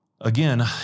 again